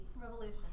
revolution